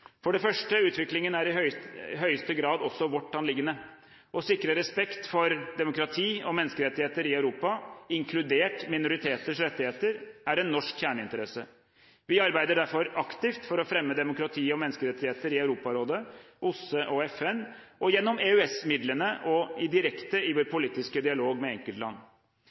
For det første: Utviklingen er i høyeste grad også vårt anliggende. Å sikre respekt for demokrati og menneskerettigheter i Europa, inkludert minoriteters rettigheter, er en norsk kjerneinteresse. Vi arbeider derfor aktivt for å fremme demokrati og menneskerettigheter i Europarådet, OSSE, FN, gjennom EØS-midlene og direkte i vår politiske dialog med enkeltland.